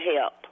help